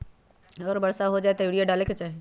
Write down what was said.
अगर वर्षा हो जाए तब यूरिया डाले के चाहि?